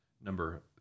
number